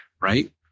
right